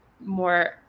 more